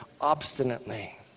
obstinately